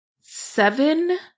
seven